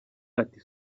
ati